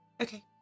Okay